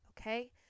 okay